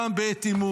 גם בעת עימות,